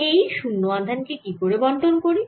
এই 0 আধান কে কি করে বণ্টন করি